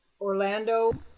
orlando